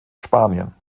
spanien